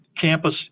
Campus